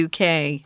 UK